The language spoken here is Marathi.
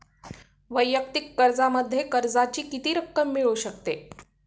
वैयक्तिक कर्जामध्ये कर्जाची किती रक्कम मिळू शकते?